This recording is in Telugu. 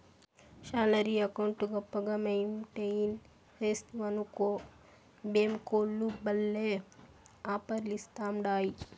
శాలరీ అకౌంటు గొప్పగా మెయింటెయిన్ సేస్తివనుకో బ్యేంకోల్లు భల్లే ఆపర్లిస్తాండాయి